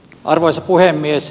arvoisa puhemies